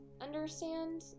understand